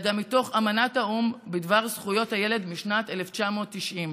גם מתוך אמנת האו"ם בדבר זכויות הילד משנת 1990,